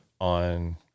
On